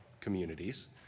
communities